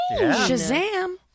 Shazam